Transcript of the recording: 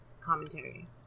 commentary